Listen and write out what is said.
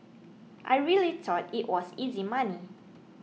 I really thought it was easy money